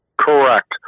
Correct